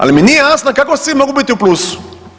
Ali mi nije jasno kako svi mogu biti u plusu.